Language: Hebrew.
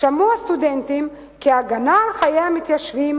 שמעו הסטודנטים כי הגנה על חיי המתיישבים